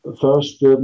First